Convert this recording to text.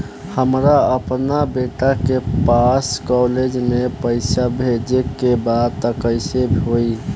हमरा अपना बेटा के पास कॉलेज में पइसा बेजे के बा त कइसे होई?